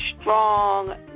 Strong